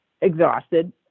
exhausted